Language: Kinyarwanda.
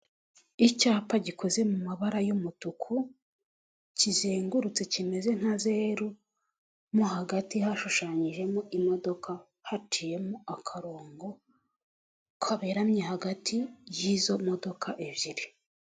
Icyapa gikoze mu mabara y'umutuku kizengurutse kimeze nka zeru mo hagati hashushanyijemo imodoka haciyemo akarongo kaberamye hagati y'izo modoka ebyiri.